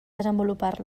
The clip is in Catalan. desenvolupar